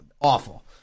Awful